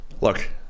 look